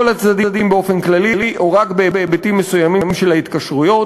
הצדדים באופן כללי או רק בהיבטים מסוימים של ההתקשרויות.